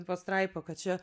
pastraipą kad čia